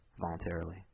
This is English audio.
voluntarily